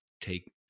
take